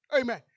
Amen